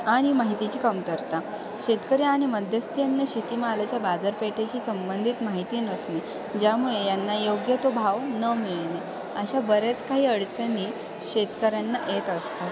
आणि माहितीची कमतरता शेतकरी आणि मध्यस्थी यांना शेतीमालाच्या बाजारपेठेशी संबंधित माहिती नसणे ज्यामुळे यांना योग्य तो भाव न मिळणे अशा बऱ्याच काही अडचणी शेतकऱ्यांना येत असतात